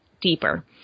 deeper